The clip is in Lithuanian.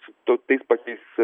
su tu tais pačiais